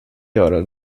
göra